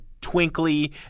twinkly